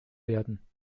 werden